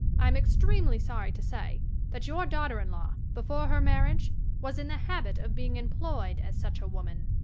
i am extremely sorry to say that your daughter-in-law, before her marriage, was in the habit of being employed as such a woman.